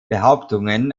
behauptungen